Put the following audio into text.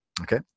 okay